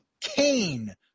Kane